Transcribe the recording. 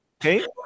Okay